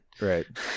Right